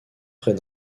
près